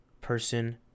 person